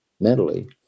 mentally